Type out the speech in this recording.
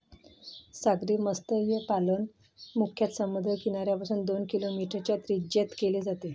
सागरी मत्स्यपालन मुख्यतः समुद्र किनाऱ्यापासून दोन किलोमीटरच्या त्रिज्येत केले जाते